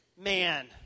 man